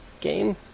game